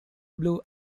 blue